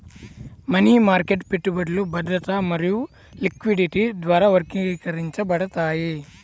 money market పెట్టుబడులు భద్రత మరియు లిక్విడిటీ ద్వారా వర్గీకరించబడతాయి